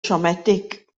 siomedig